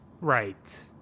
Right